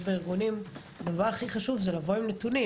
בארגונים הדבר הכי חשוב זה לבוא עם נתונים